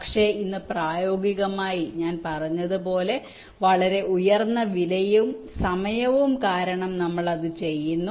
പക്ഷേ ഇന്ന് പ്രായോഗികമായി ഞാൻ പറഞ്ഞതുപോലെ വളരെ ഉയർന്ന വിലയും സമയവും കാരണം നമ്മൾ അത് ചെയ്യുന്നു